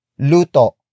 luto